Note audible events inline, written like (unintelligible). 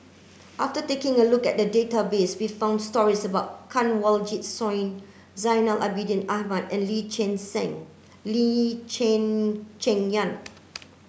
after taking a look at the database we found stories about Kanwaljit Soin Zainal Abidin Ahmad and Lee Cheng (unintelligible) Lee Cheng Cheng Yan